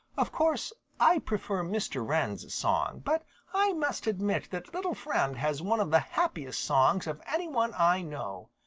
of course i prefer mr. wren's song, but i must admit that little friend has one of the happiest songs of any one i know.